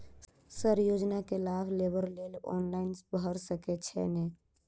Sir योजना केँ लाभ लेबऽ लेल ऑनलाइन भऽ सकै छै नै?